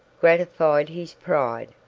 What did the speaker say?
gratified his pride,